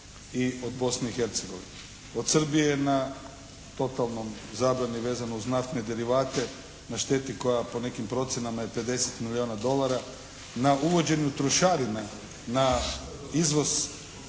i od Bosne i Hercegovine. Od Srbije na totalnoj zabrani vezano uz naftne derivate na šteti koja po nekim procjenama je 50 milijuna dolara, na uvođenju trošarina, na izvoz